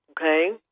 Okay